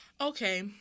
Okay